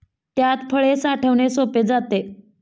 त्यात फळे साठवणे सोपे जाते